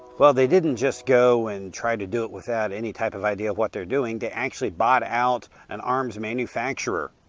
well, they didn't just go and try to do it without any type of idea of what they were doing. they actually bought out an arms manufacturer.